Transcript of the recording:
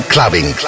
Clubbing